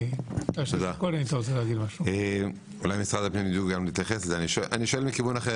אני שואל מכיוון אחר